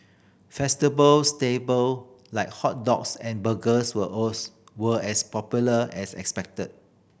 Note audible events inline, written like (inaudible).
(unintelligible) staple like hot dogs and burgers were (unintelligible) were as popular as expected